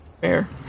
Fair